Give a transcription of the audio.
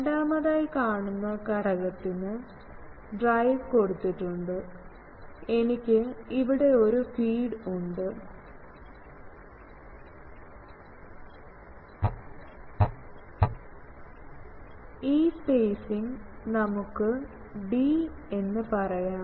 രണ്ടാമതായി കാണുന്ന ഘടകത്തിന് ഡ്രൈവ് കൊടുത്തിട്ടുണ്ട് എനിക്ക് ഇവിടെ ഒരു ഫീഡ് ഉണ്ട് ഈ സ്പേസിങ് നമുക്ക് 'ഡി' എന്ന് പറയാം